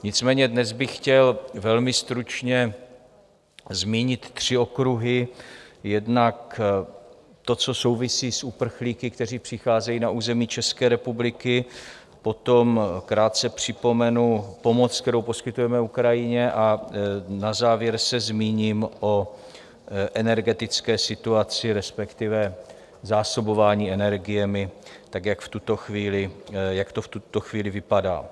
Nicméně dnes bych chtěl velmi stručně zmínit tři okruhy: jednak to, co souvisí s uprchlíky, kteří přicházejí na území České republiky, potom krátce připomenu pomoc, kterou poskytujeme Ukrajině, a na závěr se zmíním o energetické situaci, respektive zásobování energiemi, jak to v tuto chvíli vypadá.